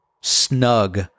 snug